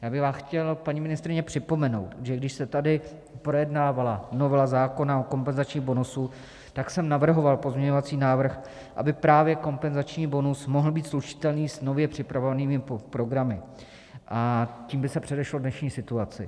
Já bych vám chtěl, paní ministryně, připomenout, že když se tady projednávala novela zákona o kompenzačním bonusu, tak jsem navrhoval pozměňovací návrh, aby právě kompenzační bonus mohl být slučitelný s nově připravovanými programy, a tím by se předešlo dnešní situaci.